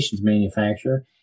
manufacturer